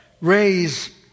Raise